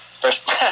First